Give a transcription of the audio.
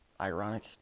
ironic